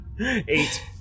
Eight